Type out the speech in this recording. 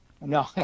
No